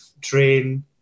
train